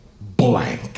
blank